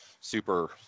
super